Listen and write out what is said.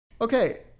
Okay